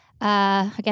Again